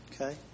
Okay